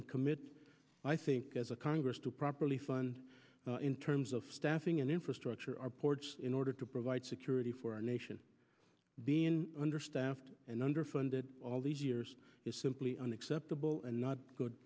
and commit i think as a congress to properly fund in terms of staffing and infrastructure our ports in order to provide security for our nation being understaffed and underfunded all these years is simply unacceptable and not good